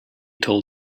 told